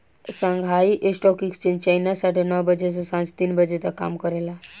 Shanghai stock exchange China साढ़े नौ बजे से सांझ तीन बजे तक काम करेला